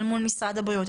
אל מול משרד הבריאות,